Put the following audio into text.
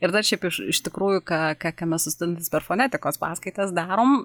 ir dar šiaip iš iš tikrųjų ką ką ką mes su studentais per fonetikos paskaitas darom